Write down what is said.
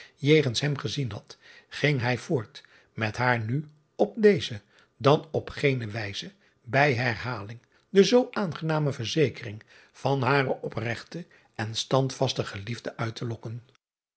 jegens hem gezien had ging hij voort met haar nu op deze dan op gene wijze bij herhaling de zoo aangename verzekering van hare opregte en standvastige liefde uit te lokken